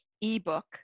ebook